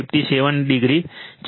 57o છે